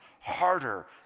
harder